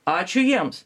ačiū jiems